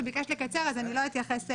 ביקשת לקצר אז אני לא אתייחס לנתונים,